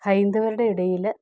ഹൈന്ദവരുടെ ഇടയിൽ